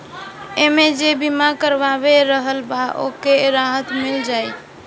एमे जे बीमा करवले रहल बा ओके राहत मिल जाई